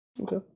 Okay